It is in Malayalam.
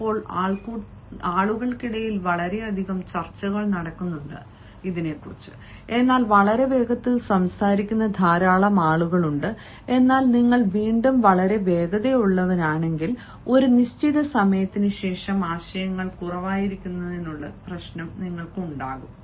ഇപ്പോൾ ആളുകൾക്കിടയിൽ വളരെയധികം ചർച്ചകൾ നടക്കുന്നുണ്ട് എന്നാൽ വളരെ വേഗത്തിൽ സംസാരിക്കുന്ന ധാരാളം ആളുകളുണ്ട് എന്നാൽ നിങ്ങൾ വീണ്ടും വളരെ വേഗതയുള്ളവരാണെങ്കിൽ ഒരു നിശ്ചിത സമയത്തിന് ശേഷം ആശയങ്ങൾ കുറവായിരിക്കുന്നതിനുള്ള പ്രശ്നം നിങ്ങൾക്ക് ഉണ്ടാകും